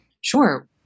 Sure